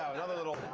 another little